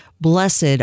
Blessed